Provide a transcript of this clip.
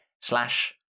slash